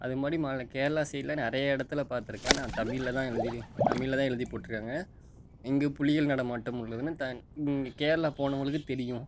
அது மாதிரி மா நான் கேரளா சைட்யெலாம் நிறையா இடத்துல பார்த்துருக்கேன் நான் தமிழில் தான் எழுதி தமிழில் தான் எழுதி போட்டிருக்காங்க இங்கு புலிகள் நடமாட்டம் உள்ளதுன்னு த இங்கு கேரளா போனவர்களுக்கு தெரியும்